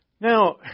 Now